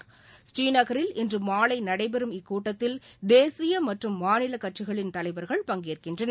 பூரீநகரில் இன்று மாலை நடைபெறும் இக்கூட்டத்தில் தேசிய மற்றும் மாநிலக் கட்சிகளின் தலைவர்கள் பங்கேற்கின்றனர்